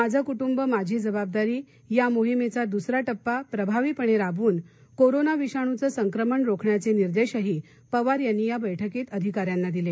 माझे कुटुंब माझी जबाबदारी या मोहिमेचा दुसरा टप्पा प्रभावीपणे राबवून कोरोना विषाणूचं संक्रमण रोखण्याचे निर्देशही पवार यांनी या बैठकीत अधिकाऱ्यांना दिले